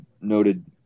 noted